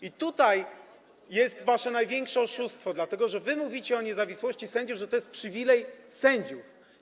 I tutaj jest wasze największe oszustwo, dlatego że wy mówicie o niezawisłości sędziów, że to jest przywilej sędziów.